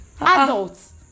Adults